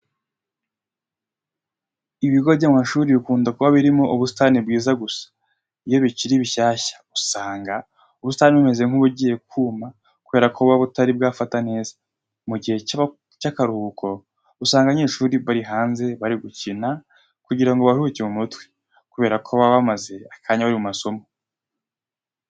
Ibigo by'amashuri bikunda kuba birimo ubusitani bwiza gusa iyo bikiri bishyashya usanga ubusitani bumeze nk'ubugiye kuma kubera ko buba butari bwafata neza. Mu gihe cy'akaruhuko usanga abanyeshuri bari hanze bari gukina kugira ngo baruhuke mu mutwe kubera ko baba bamaze akanya bari mu masomo.